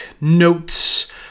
notes